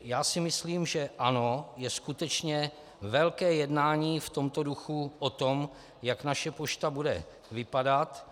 Já si myslím, že ano, je skutečně velké jednání v tomto duchu o tom, jak naše pošta bude vypadat.